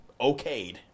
okayed